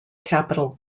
capital